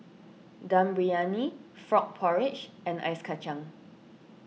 Dum Briyani Frog Porridge and Ice Kachang